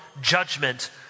judgment